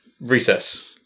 recess